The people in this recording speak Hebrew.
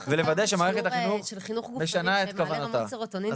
ולוודא שמערכת החינוך משנה את כוונותיה.